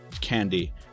candy